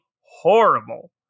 horrible